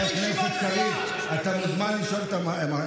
האם זה הגיוני שחברת הכנסת מירב כהן תדבר מול מליאה